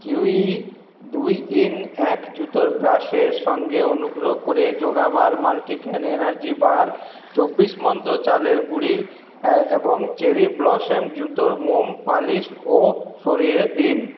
kiwi দুই in এক জুতোর ব্রাশের সঙ্গে অনুগ্রহ করে yoga bar multigrain energy bar চব্বিশ মন্ত্র চালের গুঁড়ি এবং চেরি ব্লসম জুতোর মোম পালিশও সরিয়ে দিন